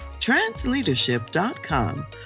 transleadership.com